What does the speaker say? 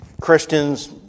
Christians